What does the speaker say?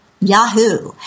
Yahoo